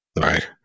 Right